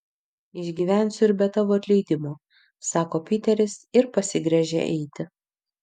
išgyvensiu ir be tavo atleidimo sako piteris ir pasigręžia eiti